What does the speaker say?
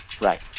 Right